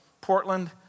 Portland